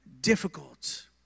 difficult